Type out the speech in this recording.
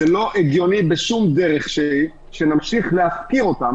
זה לא הגיוני בשום דרך שהיא שנמשיך להפקיר אותם